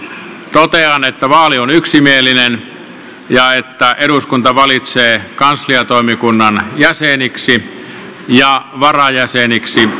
totean että vaali on yksimielinen ja että eduskunta valitsee kansliatoimikunnan jäseniksi ja varajäseniksi